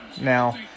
now